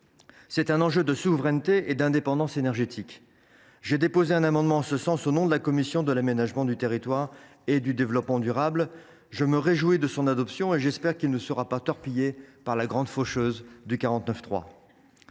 y va de notre souveraineté et de notre indépendance énergétiques. J’ai déposé un amendement en ce sens au nom de la commission de l’aménagement du territoire et du développement durable ; je me réjouis de son adoption et j’espère qu’il ne sera pas torpillé par la grande faucheuse du 49.3.